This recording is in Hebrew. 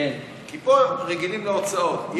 כי פה רגילים להוצאות,